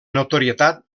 notorietat